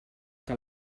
que